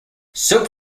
soap